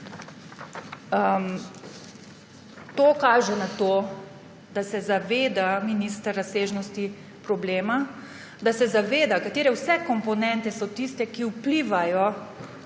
To kaže na to, da se minister zaveda razsežnosti problema, da se zaveda, katere vse komponente so tiste, ki vplivajo